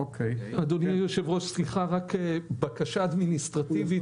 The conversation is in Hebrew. אדוני היושב ראש, בקשה אדמיניסטרטיבית.